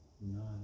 No